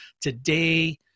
Today